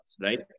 right